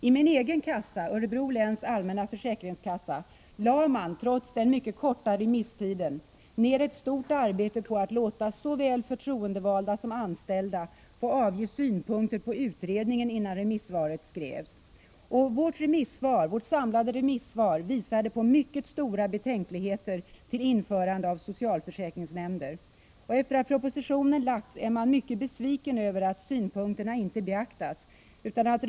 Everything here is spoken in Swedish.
I min egen kassa, Örebro läns allmänna försäkringskassa, lade man — trots den mycket korta remisstiden — ner ett stort arbete på att låta såväl förtroendevalda som anställda få avge synpunkter på utredningen innan remissvaret skrevs. Vårt samlade remissvar visade på mycket stora betänkligheter beträffande införande av socialförsäkringsnämnder. Efter det att propositionen har lagts fram har man varit mycket besviken över att synpunkterna inte har beaktats.